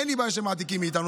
אין לי בעיה שמעתיקים מאיתנו.